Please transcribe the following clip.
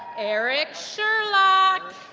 eric sherlock